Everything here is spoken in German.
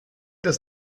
das